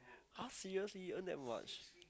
!huh! seriously earn that much